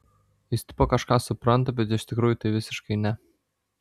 jis tipo kažką supranta bet iš tikrųjų tai visiškai ne